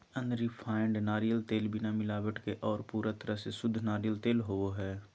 unrefined नारियल तेल बिना मिलावट के आर पूरा तरह से शुद्ध नारियल तेल होवो हय